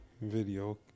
video